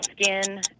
skin